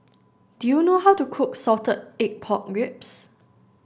do you know how to cook salted egg pork ribs